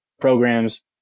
programs